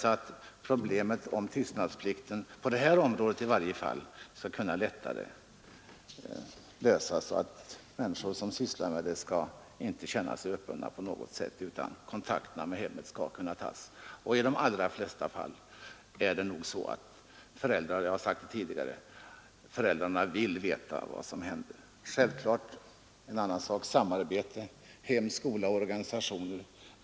Då kan kanske problemet med tystnadsplikten i varje fall på det här området lösas lättare, så att människor inte skall känna sig uppbundna på något sätt utan kunna ta kontakter med hemmet. I de allra flesta fall vill nog föräldrar — det har jag sagt tidigare — veta vad som händer. Självfallet är samarbete hem—skola—organisationer väsentligt.